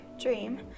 Dream